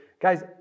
Guys